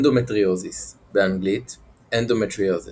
אנדומטריוזיס באנגלית Endometriosis